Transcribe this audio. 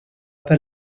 per